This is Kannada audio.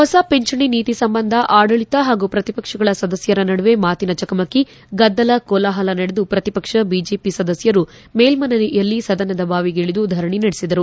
ಹೊಸ ಪಿಂಚಣಿ ನೀತಿ ಸಂಬಂಧ ಆಡಳಿತ ಹಾಗೂ ಪ್ರತಿಪಕ್ಷಗಳ ಸದಸ್ಯರ ನಡುವೆ ಮಾತಿನ ಚಕಮಕಿ ಗದ್ದಲ ಕೋಲಾಹಲ ನಡೆದು ಪ್ರತಿಪಕ್ಷ ಬಿಜೆಪಿ ಸದಸ್ನರು ಮೇಲನೆಯಲ್ಲಿ ಸದನದ ಬಾವಿಗಿಳಿದು ಧರಣಿ ನಡೆಸಿದರು